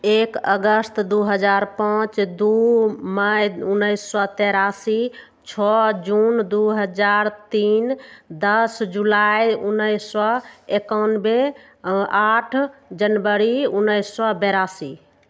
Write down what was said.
एक अगस्त दू हजार पाँच दू मई उनैस सओ तेरासी छओ जून दू हजार तीन दस जुलाई उनैस सओ एकानबे आठ जनवरी उनैस सओ बेरासी